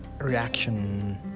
reaction